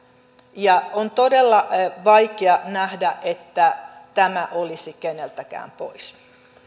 on todella vaikea nähdä että tämä olisi keneltäkään pois